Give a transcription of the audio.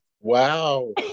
Wow